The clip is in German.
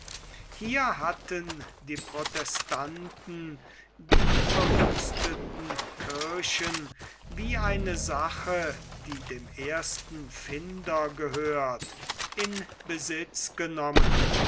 hier hatten die protestanten die verwüsteten kirchen wie eine sache die dem ersten finder gehört in besitz genommen